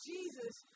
Jesus